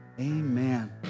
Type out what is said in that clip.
Amen